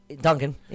Duncan